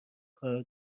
کار